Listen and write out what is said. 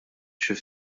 jien